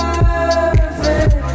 perfect